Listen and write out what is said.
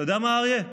אתה יודע מה, אריה?